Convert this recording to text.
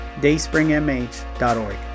dayspringmh.org